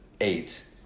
eight